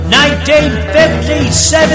1957